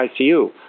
ICU